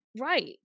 Right